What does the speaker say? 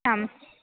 आम्